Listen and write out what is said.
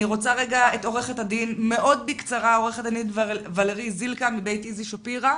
אני רוצה לשמוע את עו"ד ולרי זילכה מבית איזי שפירא.